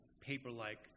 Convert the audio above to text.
paper-like